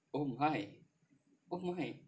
oh my oh my